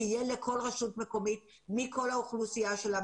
שיהיה לכל רשות מקומית מי כל האוכלוסייה שלה